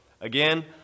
again